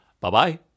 Bye-bye